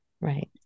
Right